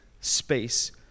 space